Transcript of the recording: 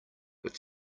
but